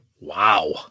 Wow